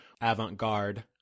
Avant-garde